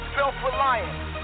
self-reliance